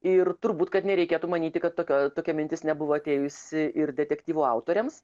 ir turbūt kad nereikėtų manyti kad tokio tokia mintis nebuvo atėjusi ir detektyvų autoriams